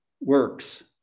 works